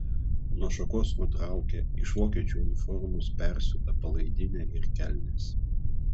nuo šakos nutraukia iš vokiečių uniformos persiūtą palaidinę ir kelnes